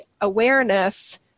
awareness